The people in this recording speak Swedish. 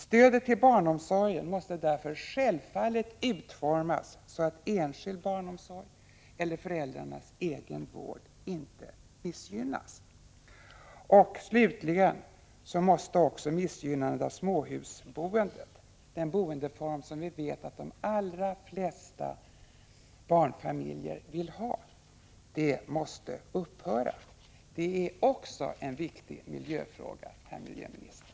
Stödet till barnomsorgen måste därför självfallet utformas så, att enskild barnomsorg eller föräldrarnas egen vård inte missgynnas. Slutligen måste också missgynnandet av småhusboendet, den boendeform som vi vet att de allra flesta barnfamiljer vill ha, upphöra. Det är också en viktig miljöfråga, herr miljöminister.